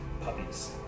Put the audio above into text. puppies